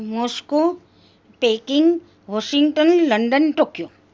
Moscow taking Washington London Tokyo